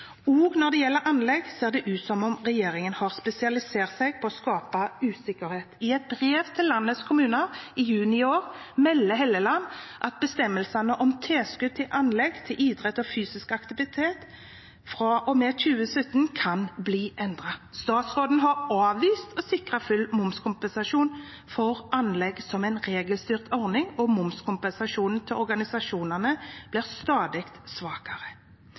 når det gjelder anlegg, ser det ut som om regjeringen har spesialisert seg på å skape usikkerhet. I et brev til landets kommuner i juni i år melder Hofstad Helleland at bestemmelsene om tilskudd til anlegg for idrett og fysisk aktivitet kan bli endret fra og med 2017. Statsråden har avvist å sikre full momskompensasjon for anlegg som en regelstyrt ordning, og momskompensasjonen til organisasjonene blir stadig svakere.